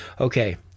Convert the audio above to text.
okay